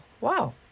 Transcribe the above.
wow